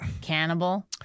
cannibal